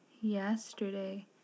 yesterday